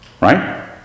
Right